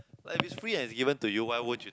like if it's free and is given to you why wouldn't you